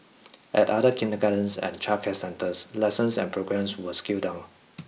at other kindergartens and childcare centres lessons and programmes were scaled down